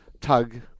tug